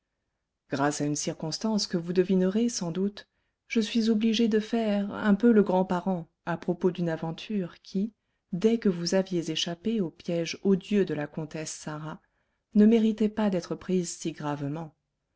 grâce à une circonstance que vous devinerez sans doute je suis obligé de faire un peu le grand parent à propos d'une aventure qui dès que vous aviez échappé au piège odieux de la comtesse sarah ne méritait pas d'être prise si gravement